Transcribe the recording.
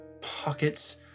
Pockets